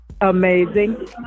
Amazing